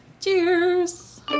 Cheers